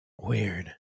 weird